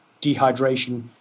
dehydration